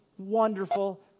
Wonderful